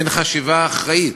אין חשיבה אחראית,